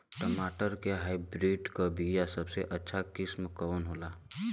टमाटर के हाइब्रिड क बीया सबसे अच्छा किस्म कवन होला?